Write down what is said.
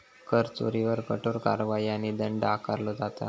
कर चोरीवर कठोर कारवाई आणि दंड आकारलो जाता